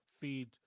feed